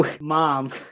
Mom